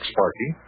Sparky